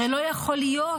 הרי לא יכול להיות,